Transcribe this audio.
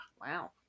wow